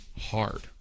hard